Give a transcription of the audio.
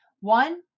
One